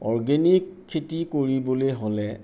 organic খেতি কৰিবলৈ হ'লে